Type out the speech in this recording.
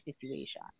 situation